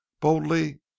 boldly